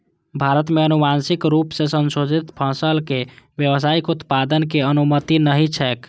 भारत मे आनुवांशिक रूप सं संशोधित फसल के व्यावसायिक उत्पादनक अनुमति नहि छैक